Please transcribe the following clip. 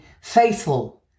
faithful